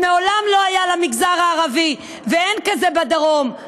מה שמעולם לא היה למגזר הערבי ואין כזה בדרום,